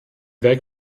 weg